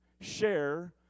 share